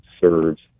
serves